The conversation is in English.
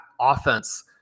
offense